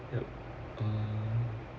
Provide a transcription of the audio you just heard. yup uh